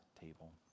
table